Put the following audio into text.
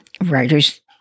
writers